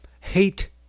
hate